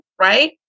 right